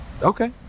Okay